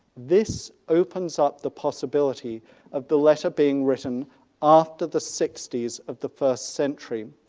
this opens up the possibility of the letter being written after the sixties of the first century.